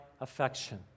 affection